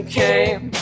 came